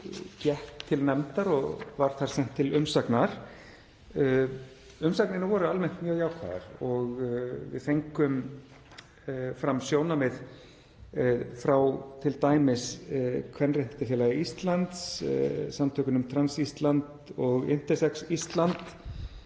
gekk til nefndar og var sent til umsagnar. Umsagnir voru almennt mjög jákvæðar og við fengum fram sjónarmið frá t.d. Kvenréttindafélagi Íslands, samtökunum Trans Íslandi, Intersex Íslandi,